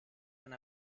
una